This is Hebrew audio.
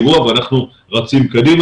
אנחנו מנהלים את האירוע ואנחנו רצים קדימה